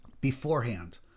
beforehand